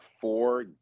four